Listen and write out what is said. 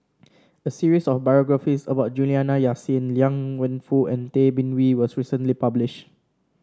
a series of biographies about Juliana Yasin Liang Wenfu and Tay Bin Wee was recently published